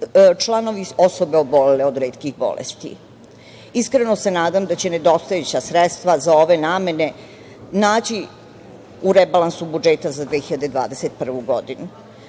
članovi osobe obolele od retkih bolesti. Iskreno se nadam da će nedostajuća sredstva za ove namene naći u rebalansu budžeta za 2021. godinu. Na